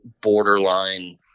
borderline